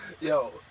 Yo